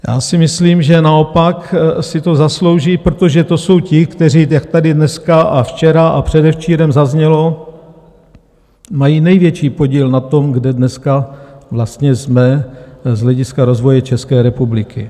Já si myslím, že naopak si to zaslouží, protože to jsou ti, kteří, jak tady dneska, včera a předevčírem zaznělo, mají největší podíl na tom, kde dneska vlastně jsme z hlediska rozvoje České republiky.